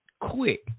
quick